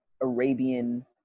Arabian